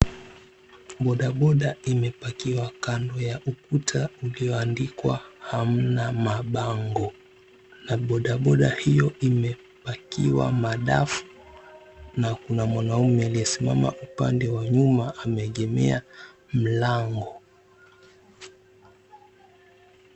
Bodaboda imepakiwa kando ya ukuta ulioandikwa hamna mabango na bodaboda hiyo imepakiwa madafu na kuna mwanaume aliyesimama upande wa nyuma ameegemea mlango.